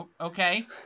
Okay